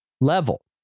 level